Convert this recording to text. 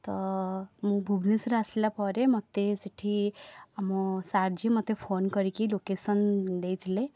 ତ ମୁଁ ଭୁବନେଶ୍ୱର ଆସିଲା ପରେ ମୋତେ ସେଇଠି ଆମ ସାର୍ ଯିଏ ମୋତେ ଫୋନ୍ କରିକି ଲୋକେଶନ୍ ଦେଇଥିଲେ